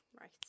Right